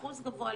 אחוז גבוה,